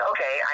Okay